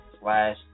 slash